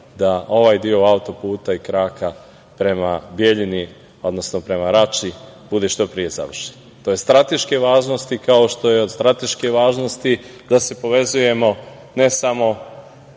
da ovaj deo autoputa i kraka prema Bijeljini, odnosno prema Rači bude što pre završen. To je od strateške važnosti, kao što je od strateške važnosti da se povezujemo, ne samo